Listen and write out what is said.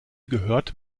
gehört